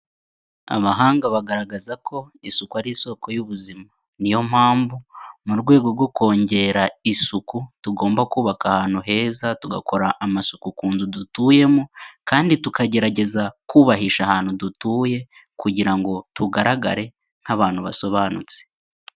Abahanga bagaragaza ko isuku ari isoko y'ubuzima, ni yo mpamvu mu rwego rwo kongera isuku tugomba kubaka ahantu heza, tugakora amasuku ku nzu dutuyemo kandi tukagerageza kubahisha ahantu dutuye kugira ngo tugaragare nk'abantu basobanutse.